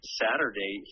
saturday